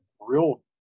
real